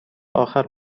آخر